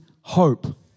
hope